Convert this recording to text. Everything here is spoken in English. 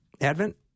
Advent